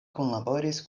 kunlaboris